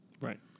Right